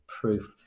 proof